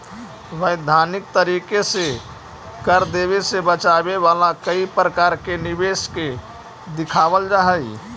वैधानिक तरीके से कर देवे से बचावे वाला कई प्रकार के निवेश के दिखावल जा हई